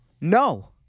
No